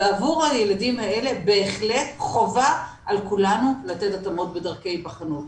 ועבור הילדים האלה בהחלט חובה על כולנו לתת התאמות בדרכי היבחנות.